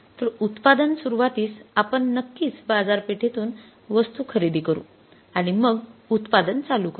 तर उत्पादन सुरूवातीस आपण नक्कीच बाजारपेठेतून वस्तू खरेदी करू आणि मग उत्पादन चालू करू